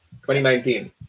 2019